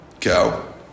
cow